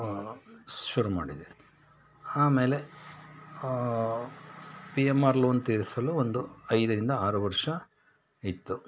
ಶುರು ಮಾಡಿದೆ ಆಮೇಲೆ ಪಿ ಎಮ್ ಆರ್ ಲೋನ್ ತೀರಿಸಲು ಒಂದು ಐದರಿಂದ ಆರು ವರ್ಷ ಇತ್ತು